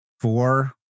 four